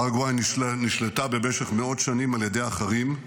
פרגוואי נשלטה במשך מאות שנים על ידי אחרים,